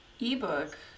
ebook